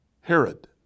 Herod